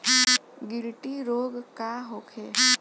गिल्टी रोग का होखे?